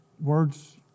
words